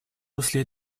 русле